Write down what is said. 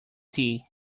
tea